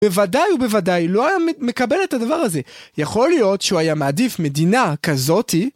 בוודאי, הוא בוודאי לא היה מקבל את הדבר הזה. יכול להיות שהוא היה מעדיף מדינה כזאתי.